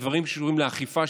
על דברים שקשורים לאכיפה,